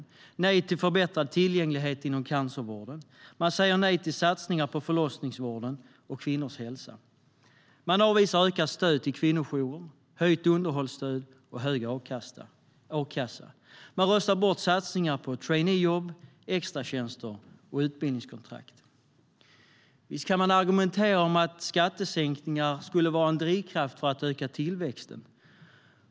Man säger nej till förbättrad tillgänglighet inom cancervården. Man säger nej till satsningar på förlossningsvården och kvinnors hälsa. Man avvisar ökat stöd till kvinnojourer, höjt underhållsstöd och högre a-kassa. Man röstar bort satsningar på traineejobb, extratjänster och utbildningskontrakt. Visst kan man argumentera för att skattesänkningar är en drivkraft för att öka tillväxten.